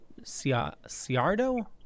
Ciardo